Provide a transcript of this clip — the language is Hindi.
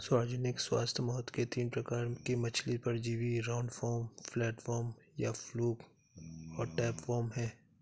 सार्वजनिक स्वास्थ्य महत्व के तीन प्रकार के मछली परजीवी राउंडवॉर्म, फ्लैटवर्म या फ्लूक और टैपवार्म है